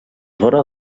vora